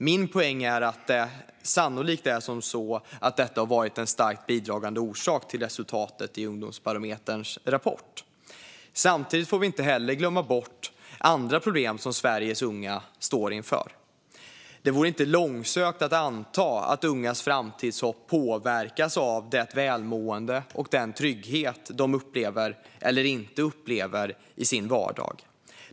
Min poäng är att detta sannolikt har varit en starkt bidragande orsak till resultatet i Ungdomsbarometerns rapport. Samtidigt får vi inte heller glömma bort andra problem som Sveriges unga står inför. Det vore inte långsökt att anta att ungas framtidshopp påverkas av det välmående och den trygghet de upplever, eller inte upplever, i sin vardag.